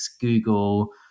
Google